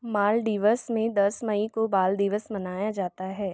Maldives में दस मई को बाल दिवस मनाया जाता है